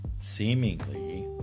Seemingly